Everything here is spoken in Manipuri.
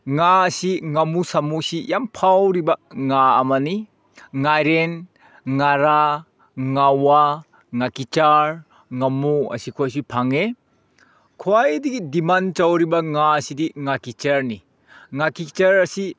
ꯉꯥ ꯑꯁꯤ ꯉꯥꯃꯨ ꯁꯥꯃꯨꯁꯤ ꯌꯥꯝ ꯐꯥꯎꯔꯤꯕ ꯉꯥ ꯑꯃꯅꯤ ꯉꯥꯔꯦꯟ ꯉꯥꯔꯥ ꯉꯥꯎꯋꯥ ꯉꯀꯤꯆꯥꯔ ꯉꯥꯃꯨ ꯑꯁꯤꯈꯣꯏꯁꯤ ꯐꯪꯉꯦ ꯈ꯭ꯋꯥꯏꯗꯒꯤ ꯗꯤꯃꯥꯟ ꯇꯧꯔꯤꯕ ꯉꯥ ꯑꯁꯤꯗꯤ ꯉꯥꯀꯤꯆꯥꯔꯅꯤ ꯉꯥꯀꯤꯆꯥꯔ ꯑꯁꯤ